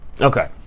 Okay